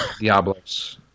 Diablos